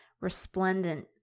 resplendent